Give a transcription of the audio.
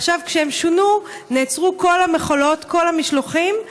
עכשיו, כשהן שונו, נעצרו כל המכולות, כל המשלוחים,